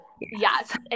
Yes